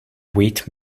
wheat